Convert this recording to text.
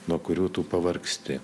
nuo kurių tu pavargsti